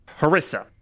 Harissa